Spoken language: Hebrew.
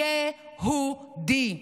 יהודי.